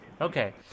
Okay